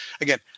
again